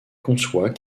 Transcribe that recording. conçoit